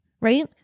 right